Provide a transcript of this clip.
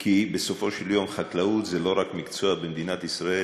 כי בסופו של יום חקלאות זה לא רק מקצוע במדינת ישראל,